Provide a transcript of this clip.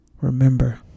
Remember